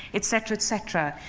etc, etc.